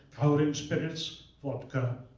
kaoliang spirits, vodka,